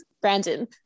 Brandon